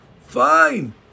fine